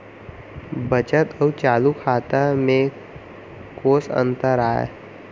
बचत अऊ चालू खाता में कोस अंतर आय?